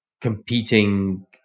competing